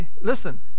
listen